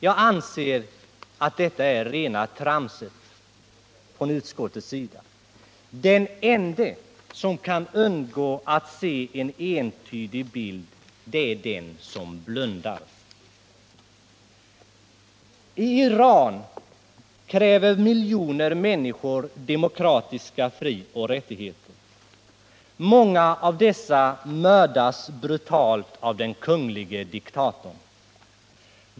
Jag anser att detta är rena tramset. Den ende som kan undgå att se en entydig bild är den som blundar. I Iran kräver miljoner människor demokratiska frioch rättigheter. Många av dem mördas brutalt av den kunglige diktatorn.